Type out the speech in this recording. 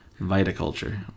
Viticulture